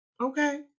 Okay